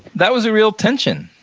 that was a real tension.